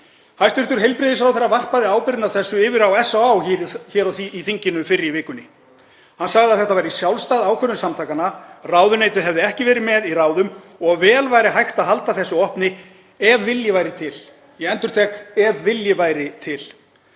Hæstv. heilbrigðisráðherra varpaði ábyrgðinni á þessu yfir á SÁÁ hér á þinginu fyrr í vikunni. Hann sagði að þetta væri sjálfstæð ákvörðun samtakanna, að ráðuneytið hefði ekki verið með í ráðum og vel væri hægt að halda þessu opnu ef vilji væri til. Ég endurtek: Ef vilji væri til.